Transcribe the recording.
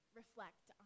reflect